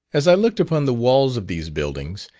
as i looked upon the walls of these buildings,